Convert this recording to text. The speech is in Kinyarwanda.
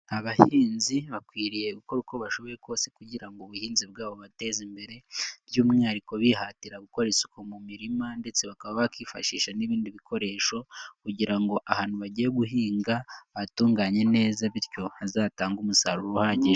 Abahinzi bakwiriye gukora uko bashoboye kose kugira ngo ubuhinzi bwabo bu bateze imbere by'umwihariko bihatira gukora isuku mu mirima ndetse bakaba bakifashisha n'ibindi bikoresho kugira ngo ahantu bagiye guhinga bahatunganye neza bityo hazatange umusaruro uhagije.